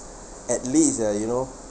at least ah you know